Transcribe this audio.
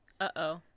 Uh-oh